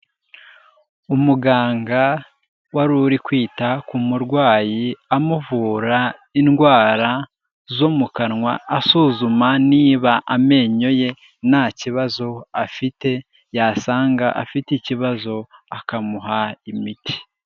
Umuganga wari uri kwita ku murwayi amuvura indwara zo mu kanwa, asuzuma niba amenyo ye nta kibazo afite, yasanga afite ikibazo akamuha imiti.